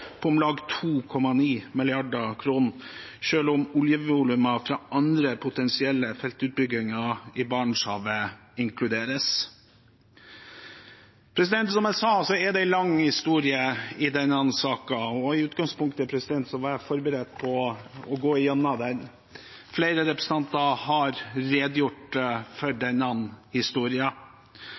på om lag 2,9 mrd. kr, selv om oljevolumet fra andre potensielle feltutbygginger i Barentshavet inkluderes. Som jeg sa, er det en lang historie i denne saken, og i utgangspunktet var jeg forberedt på å gå igjennom den. Flere representanter har redegjort for denne